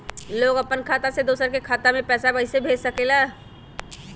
लोग अपन खाता से दोसर के खाता में पैसा कइसे भेज सकेला?